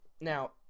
Now